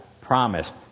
promised